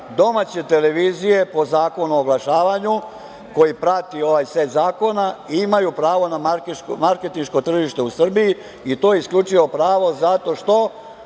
domaće televizije, po Zakonu o oglašavanju koji prati ovaj set zakona, imaju pravo na marketinško tržište u Srbiji, i to je isključivo pravo zato što